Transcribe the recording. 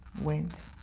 went